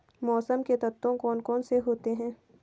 मौसम के तत्व कौन कौन से होते हैं?